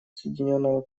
соединенного